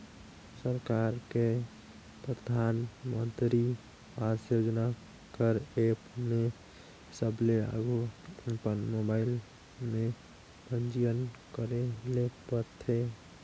सरकार के परधानमंतरी आवास योजना कर एप में सबले आघु अपन मोबाइल में पंजीयन करे ले परथे